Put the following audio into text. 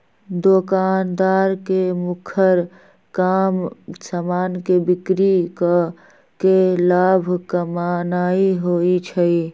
दोकानदार के मुखर काम समान के बिक्री कऽ के लाभ कमानाइ होइ छइ